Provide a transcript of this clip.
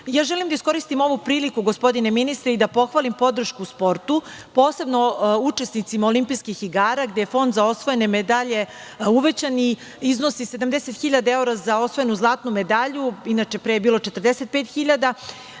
da iskoristim ovu priliku, gospodine ministre, i da pohvalim podršku sportu, posebno učesnicima Olimpijskih igara gde je fond za osvojene medalje uvećan i iznosi 70 hiljada evra za osvojenu zlatnu medalju, a pre je bilo 45